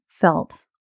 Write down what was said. felt